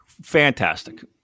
fantastic